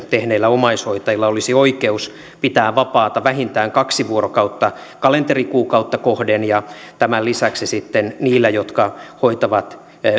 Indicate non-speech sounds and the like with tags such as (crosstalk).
(unintelligible) tehneillä omaishoitajilla olisi oikeus pitää vapaata vähintään kaksi vuorokautta kalenterikuukautta kohden ja tämän lisäksi sitten niillä jotka hoitavat